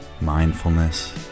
mindfulness